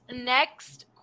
next